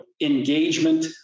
engagement